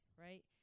right